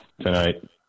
tonight